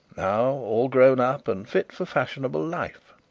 now all grown up and fit for fashionable life